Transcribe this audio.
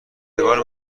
نگار